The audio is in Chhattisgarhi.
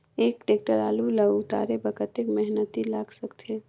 एक टेक्टर आलू ल उतारे बर कतेक मेहनती लाग सकथे?